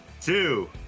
two